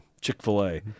Chick-fil-A